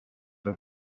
that